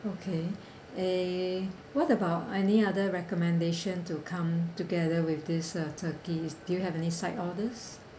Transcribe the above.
okay eh what about any other recommendation to come together with this uh turkey do you have any side orders